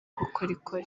bukorikori